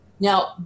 Now